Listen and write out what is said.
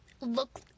look